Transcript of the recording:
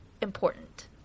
important